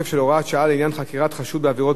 השעה לעניין חקירת חשוד בעבירות ביטחון),